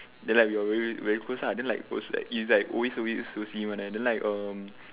then like we are we are very close lah then like it's like always so weird to see him one then like um